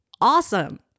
awesome